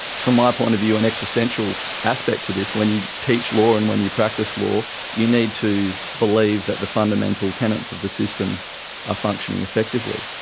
from my point of view, an existential aspect to this. when you teach law and when you practice law you need to believe that the fundamental tenets of the system are ah functioning effectively.